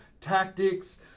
tactics